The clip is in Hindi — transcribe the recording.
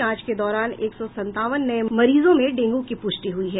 जांच के दौरान एक सौ सतावन नये मरीजों में डेंगू की पुष्टि हुई है